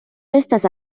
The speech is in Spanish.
estas